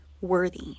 worthy